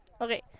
Okay